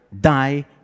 die